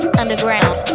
underground